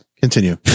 continue